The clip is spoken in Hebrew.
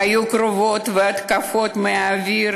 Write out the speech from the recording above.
היו קרבות והתקפות מהאוויר,